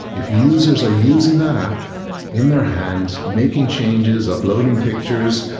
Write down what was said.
if users are using that app in their hand, making changes, uploading pictures,